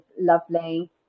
lovely